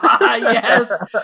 yes